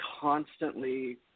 constantly